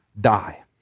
die